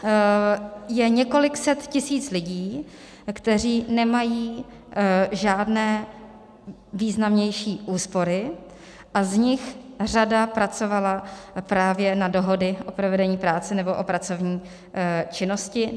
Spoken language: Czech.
Přitom je několik set tisíc lidí, kteří nemají žádné významnější úspory, a z nich řada pracovala právě na dohody o provedení práce nebo o pracovní činnosti.